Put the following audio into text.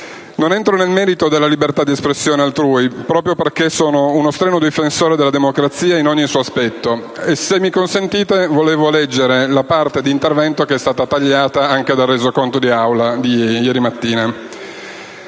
Non entro nel merito della libertà di espressione altrui, proprio perché sono uno strenuo difensore della democrazia in ogni suo aspetto. Se mi è consentito, però vorrei leggere la parte di intervento che è stata tagliata anche dal Resoconto stenografico di Aula